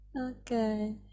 okay